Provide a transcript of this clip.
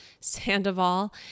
Sandoval